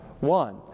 One